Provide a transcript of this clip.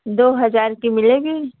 दो हज़ार की मिलेगी